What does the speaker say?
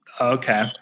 okay